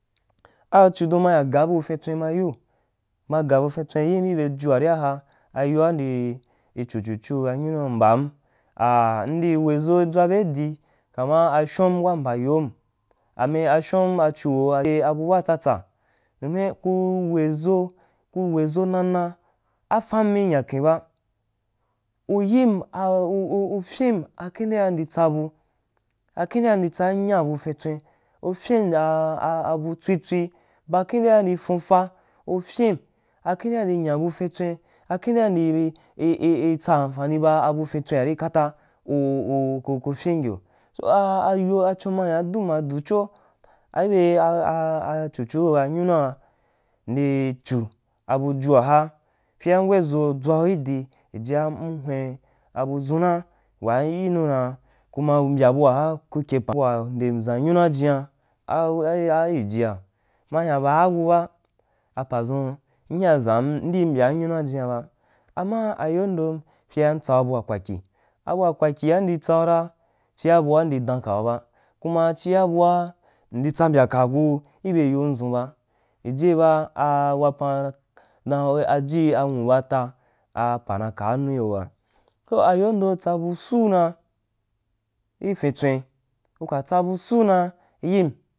A chidon ma hyen ga bu fin tswen ma yiu ma ga bu fin tswen yin i be jua ri aha ayoa mde chu chu chu a nyunu mbam a a mdii we ʒo dʒuwa bei di kama ashom wa ba yom a mial ashom ba bu baa tsatsa, dumin ku weʒo ku weʒo nana a fanmi i nyaken ba u yin u u u fyin a kindea indi tsa bua kibdea mdi tsa m nya bu fintswen u fyim a abu tswi-tswi ba kudea ndi funfa u fyin akinlee mdi nya bu fintswen ba kīndea m i i di tsa amfani ba fintswe ari kata u u u ku fyin yo, a ayo achun na hyun adu mma du cho a ibe a chu chu a nyunua mdi chu aju a ha fyea m weʒo dʒwau idi ijoa m hwen a budʒune wah m yinu don kum a ku kyepan bua nden ʒan mujunwa jiom ajijia, mahyon baa ku ba a padʒun m hyain ʒam m de mbya m nynua jina ama ayondom fye a m tsau bua kwa kwi abua kwakya mdi tsau ra chia bua mdi dan kau ba kuma chia bua mdi tsa mbya ka ku kebe yondʒun bajijie ba a wapam da ajii nwu bu a ba apa na kaa nu yo ba, toh ayondom tsabu suu na i fintswen kuka tsabu suu na yim.